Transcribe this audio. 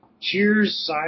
Cheers